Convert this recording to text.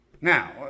Now